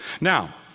Now